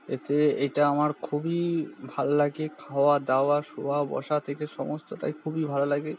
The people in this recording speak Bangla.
এতে এটা আমার খুবই ভাল লাগে খাওয়া দাওয়া শোয়া বসা থেকে সমস্তটাই খুবই ভালো লাগে